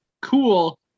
cool